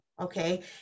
Okay